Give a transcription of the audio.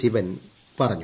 ശിവൻ പറഞ്ഞു